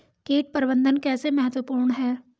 कीट प्रबंधन कैसे महत्वपूर्ण है?